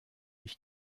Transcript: ich